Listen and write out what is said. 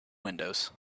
windows